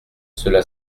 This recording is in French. cela